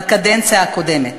בקדנציה הקודמת.